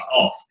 off